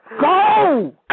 Go